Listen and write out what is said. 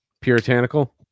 Puritanical